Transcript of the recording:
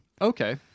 okay